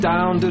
Down